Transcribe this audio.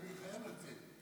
אני חייב לצאת.